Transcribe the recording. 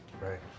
right